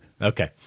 Okay